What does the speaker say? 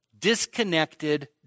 Disconnected